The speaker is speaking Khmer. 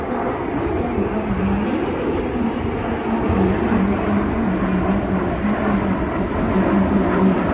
បងប្អូនខ្មែរដែលប្រកបរបរនេះភាគច្រើនត្រូវក្រោកតាំងពីព្រលឹមដើម្បីត្រៀមខ្លួនសម្រាប់បម្រើសេវាកម្មជូនដល់អតិថិជនឱ្យទាន់ពេលវេលា។